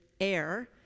air